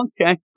Okay